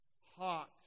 hot